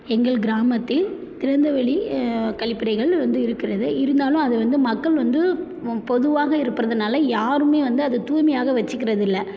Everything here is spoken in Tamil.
எங்கள் கிராமத்தில் திறந்தவெளி கழிப்பறைகள் வந்து இருக்கிறது இருந்தாலும் அது வந்து மக்கள் வந்து பொதுவாக இருப்பறதனால யாருமே வந்து அதை தூய்மையாக வச்சிக்கிறதில்ல